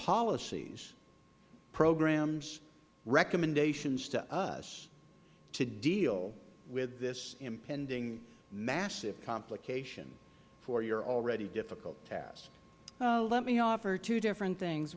policies programs recommendations to us to deal with this impending massive complication for your already difficult task ms kimbell let me offer two different things